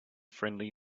friendly